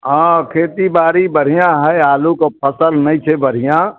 हँ खेती बाड़ी बढिआँ हय आलू के फसल नहि छै बढिआँ